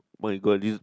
my god this